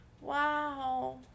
Wow